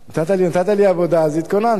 נתת לי עבודה, אז התכוננתי.